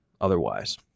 otherwise